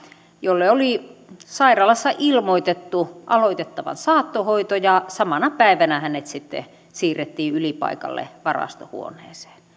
jolle oli sairaalassa ilmoitettu aloitettavan saattohoito ja joka samana päivänä sitten siirrettiin ylipaikalle varastohuoneeseen